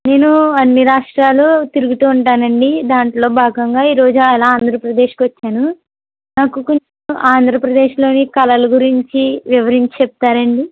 నేను అన్ని రాష్ట్రాలు తిరుగుతూ ఉంటానండి దానిలో భాగంగా ఈరోజు అలా ఆంధ్రప్రదేశ్కు వచ్చాను నాకు కొంచెం ఆంధ్రప్రదేశ్లోని కళలు గురించి వివరించి చెప్తారా అండి